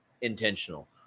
intentional